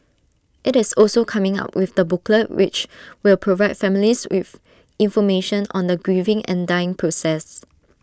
IT is also coming up with the booklet which will provide families with information on the grieving and dying process